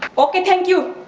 okay thank you!